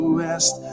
west